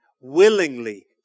Willingly